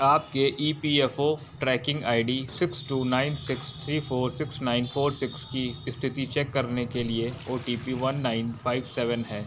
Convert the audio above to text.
आपके E P F O tracking I D six two nine six three four six nine four six की स्थिति check करने के लिए O T P one nine five seven है